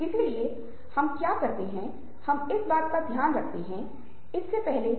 सहानुभूति वह जगह है जहां हम दूसरे व्यक्ति से संबंध बनाने की कोशिश करते हैं लेकिन हमारे दृष्टिकोण से